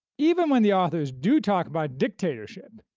even when the authors do talk about dictatorship,